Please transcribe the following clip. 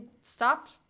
stopped